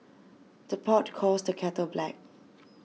the pot calls the kettle black